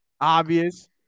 obvious